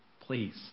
please